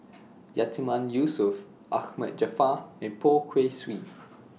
Yatiman Yusof Ahmad Jaafar and Poh Kay Swee